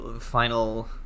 final